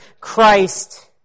Christ